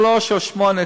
שלוש או שמונה,